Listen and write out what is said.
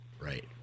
Right